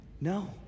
No